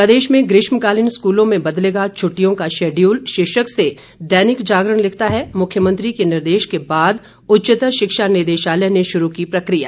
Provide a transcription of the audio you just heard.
प्रदेश में ग्रीष्मकालीन स्कूलों में बदलेगा छुट्टियों का शेड्यूल शीर्षक से दैनिक जागरण लिखता है मुख्यमंत्री के निर्देश के बाद उच्चतर शिक्षा निदेशालय ने शुरू की प्रकिया